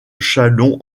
châlons